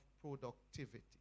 productivity